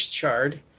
chard